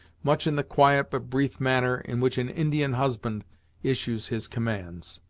much in the quiet but brief manner in which an indian husband issues his commands.